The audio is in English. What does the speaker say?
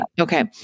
Okay